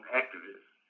activists